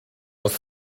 aus